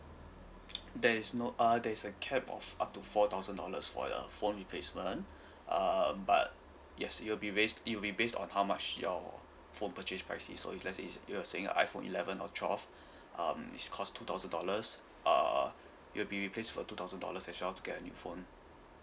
there is no uh there is a capped of up to four thousand dollars for the phone replacement uh but yes it will be based it will be based on how much your phone purchase pricing so if let say if you were saying iphone eleven or twelve um it's cost two thousand dollars uh it will be replaced for two thousand dollars as well to get a new phone